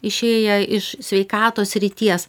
išėję iš sveikatos srities